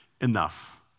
Enough